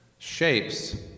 shapes